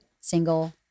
single